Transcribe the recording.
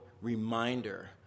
reminder